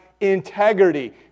integrity